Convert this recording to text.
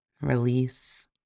release